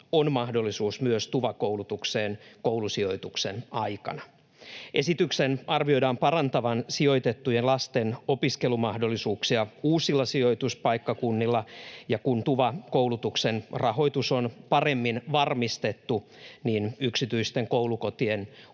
on mahdollisuus myös TUVA-koulutukseen koulusijoituksen aikana. Esityksen arvioidaan parantavan sijoitettujen lasten opiskelumahdollisuuksia uusilla sijoituspaikkakunnilla. Ja kun TUVA-koulutuksen rahoitus on paremmin varmistettu, yksityisten koulukotien